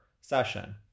session